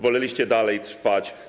Woleliście dalej trwać.